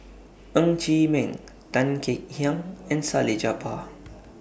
Ng Chee Meng Tan Kek Hiang and Salleh Japar